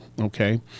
okay